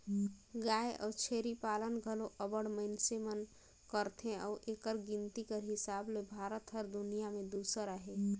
गाय अउ छेरी पालन घलो अब्बड़ मइनसे मन करथे अउ एकर गिनती कर हिसाब ले भारत हर दुनियां में दूसर अहे